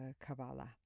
kabbalah